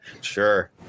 sure